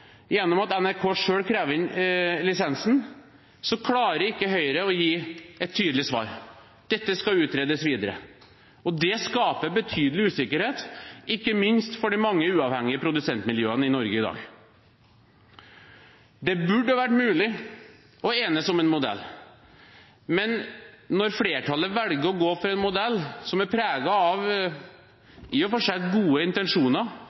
gjennom at NRK selv krever inn lisensen, klarer ikke Høyre å gi et tydelig svar. Dette skal utredes videre. Det skaper betydelig usikkerhet, ikke minst for de mange uavhengige produsentmiljøene i Norge i dag. Det burde vært mulig å enes om en modell. Flertallet velger å gå for en modell som er preget av i og for seg gode intensjoner.